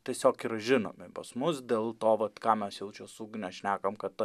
tiesiog yra žinomi pas mus dėl to vat ką mes jau čia su ugne šnekam kad ta